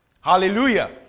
hallelujah